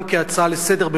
גם כהצעה לסדר-היום,